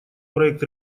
проект